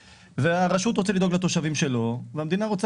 ראש הרשות רוצה לדאוג לתושבים שלו והמדינה רוצה